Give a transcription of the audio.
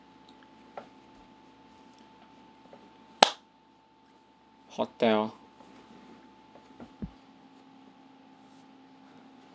hotel